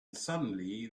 suddenly